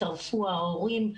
הצטרפו ההורים,